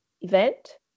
event